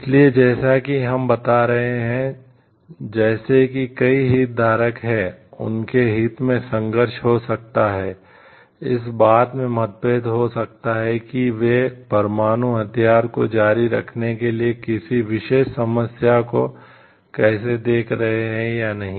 इसलिए जैसा कि हम बता रहे हैं जैसे कि कई हितधारक हैं उनके हित में संघर्ष हो सकता है इस बात में मतभेद हो सकता है कि वे परमाणु हथियार को जारी रखने के लिए किसी विशेष समस्या को कैसे देख रहे हैं या नहीं